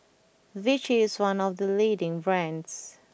Vichy is one of the leading brands